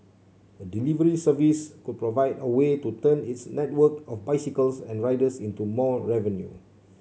a delivery service could provide a way to turn its network of bicycles and riders into more revenue